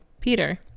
Peter